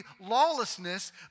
lawlessness